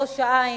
ראש-העין,